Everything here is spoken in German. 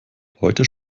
heute